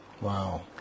Wow